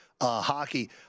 hockey